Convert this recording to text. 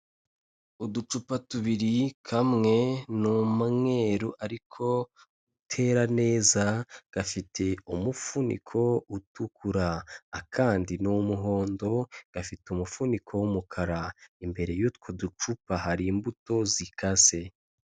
Uducupa tubiri kamwe ni umweru ariko utera neza, gafite umufuniko utukura akandi ni umuhondo, gafite umufuniko w'umukara, imbere y'utwo ducupa hari imbuto zikase.